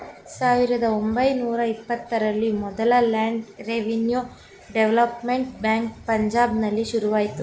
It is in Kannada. ಸಾವಿರದ ಒಂಬೈನೂರ ಇಪ್ಪತ್ತರಲ್ಲಿ ಮೊದಲ ಲ್ಯಾಂಡ್ ರೆವಿನ್ಯೂ ಡೆವಲಪ್ಮೆಂಟ್ ಬ್ಯಾಂಕ್ ಪಂಜಾಬ್ನಲ್ಲಿ ಶುರುವಾಯ್ತು